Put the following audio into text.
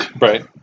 Right